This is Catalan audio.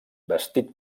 vestit